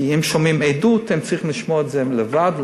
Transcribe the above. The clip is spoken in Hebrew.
כי אם שומעים עדות הם צריכים לשמוע את זה לבד,